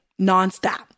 nonstop